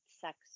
sex